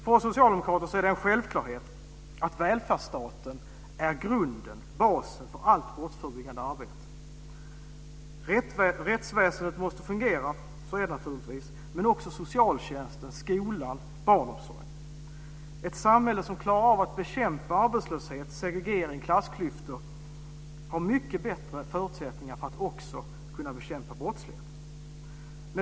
För oss socialdemokrater är det en självklarhet att välfärdsstaten är basen för allt brottsförebyggande arbete. Rättsväsendet måste fungera, så är det naturligtvis, men också socialtjänsten, skolan och barnomsorgen. Ett samhälle som klarar av att bekämpa arbetslöshet, segregering och klassklyftor har mycket bättre förutsättningar att också kunna bekämpa brottsligheten.